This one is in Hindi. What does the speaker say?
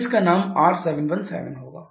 फिर इसका नाम R717 होगा